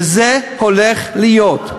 וזה הולך להיות.